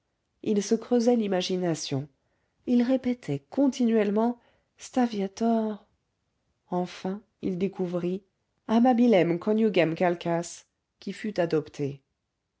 il se creusait l'imagination il répétait continuellement sta viator enfin il découvrit amabilem conjugem calcas qui fut adopté